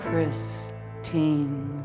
Christine